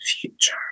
Future